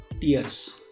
tears